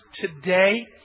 today